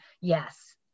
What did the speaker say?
Yes